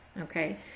okay